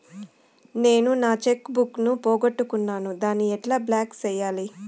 నేను నా check book ను పోగొట్టుకున్నాను దాన్ని ఎట్లా బ్లాక్ సేయాలి?